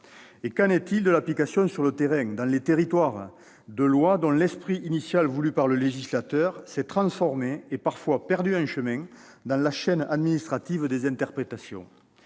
ailleurs, de l'application sur le terrain, dans les territoires, de lois dont l'esprit initial, tel que voulu par le législateur, s'est transformé et a parfois été perdu en chemin, dans la chaîne administrative des interprétations ?